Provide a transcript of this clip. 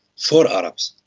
for arabs.